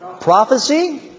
prophecy